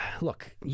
Look